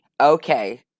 okay